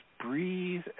breathe